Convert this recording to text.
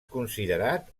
considerat